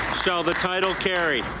shall the title carry?